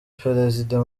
perezida